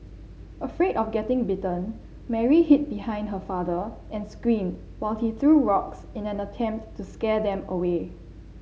afraid of getting bitten Mary hid behind her father and screamed while he threw rocks in an attempt to scare them away